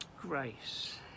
grace